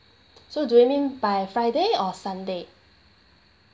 so do you mean by friday or sunday